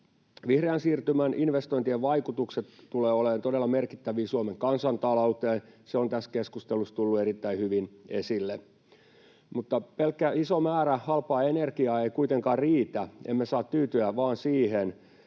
Vihreän siirtymän investointien vaikutukset tulevat olemaan todella merkittäviä Suomen kansantaloudelle — se on tässä keskustelussa tullut erittäin hyvin esille — mutta pelkkä iso määrä halpaa energiaa ei kuitenkaan riitä, emme saa tyytyä vain siihen.